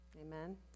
Amen